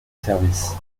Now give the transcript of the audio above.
service